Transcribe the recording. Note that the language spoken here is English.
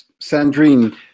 Sandrine